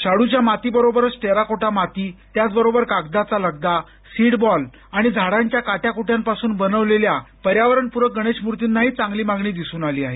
शाडूच्या मातीबरोबरच टेराकोटा माती त्याचबरोबर कागदाचा लगदा सीडबॉल आणि झाडाच्या काट्याकुट्यांपासूनही बनवलेल्या पर्यावरणपूरक गणेश मूर्तीना चांगली मागणी दिसून आली आहे